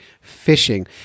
fishing